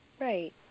Right